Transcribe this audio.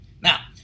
Now